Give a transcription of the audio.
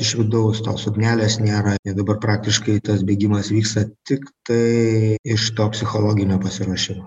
iš vidaus tos ugnelės nėra ir dabar praktiškai tas bėgimas vyksta tik tai iš to psichologinio pasiruošimo